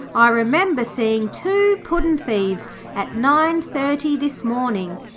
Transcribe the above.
i remember seeing two puddin'-thieves at nine-thirty this morning.